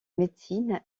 médecine